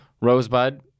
Rosebud